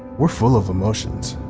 we're full of emotions.